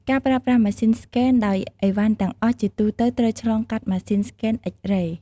ការប្រើប្រាស់ម៉ាស៊ីនស្កេន ដោយឥវ៉ាន់ទាំងអស់ជាទូទៅត្រូវឆ្លងកាត់ម៉ាស៊ីនស្កេន X-ray។